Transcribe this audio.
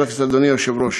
אדוני היושב-ראש,